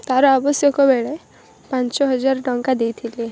ତାର ଆବଶ୍ୟକ ବେଳେ ପାଞ୍ଚ ହଜାର ଟଙ୍କା ଦେଇଥିଲି